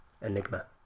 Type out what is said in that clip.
Enigma